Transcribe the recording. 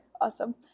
awesome